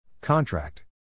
Contract